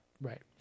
Right